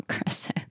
aggressive